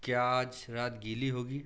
क्या आज रात गीली होगी